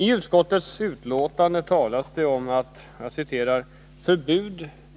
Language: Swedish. I utskottets betänkande talas det om att